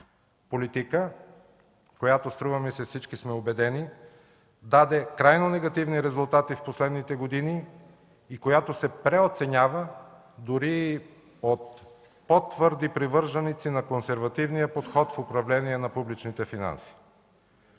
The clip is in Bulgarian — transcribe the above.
политика, която, струва ми се, всички сме убедени, даде крайно негативни резултати в последните години и която се преоценява дори от по-твърди привърженици на консервативния подход в управлението на публични финанси.